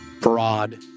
broad